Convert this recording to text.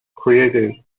created